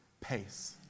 pace